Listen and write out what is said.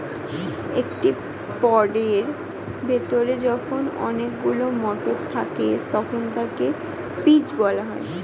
একটি পডের ভেতরে যখন অনেকগুলো মটর থাকে তখন তাকে পিজ বলা হয়